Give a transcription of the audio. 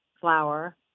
flour